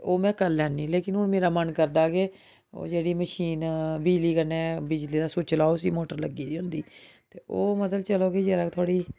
ओह् में करी लैन्नी लेकिन हुन मेरा मन करदा कि ओह् जेह्ड़ी मशीन बिजली कन्नै बिजली दा सुच्च लाओ उसी मोटर लग्गी दी होंदी ओह् मतलब चलै बी थोह्ड़ी